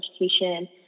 education